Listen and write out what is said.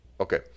okay